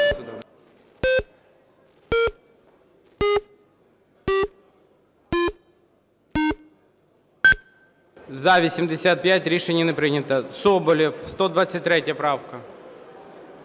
За-85 Рішення не прийнято. Соболєв, 123 правка.